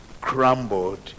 crumbled